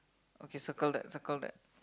okay circle that circle that